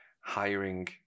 hiring